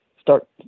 start